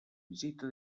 visita